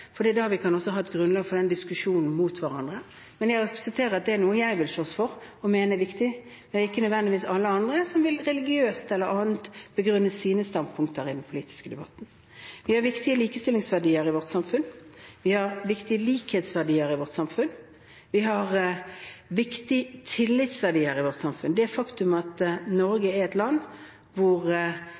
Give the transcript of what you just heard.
noe jeg vil slåss for og mener er viktig, og at alle andre ikke nødvendigvis – religiøst eller på annen måte – vil begrunne sine standpunkter slik i den politiske debatten. Vi har viktige likestillingsverdier i vårt samfunn, vi har viktige likhetsverdier i vårt samfunn, vi har viktige tillitsverdier i vårt samfunn. Det faktum at Norge er et land hvor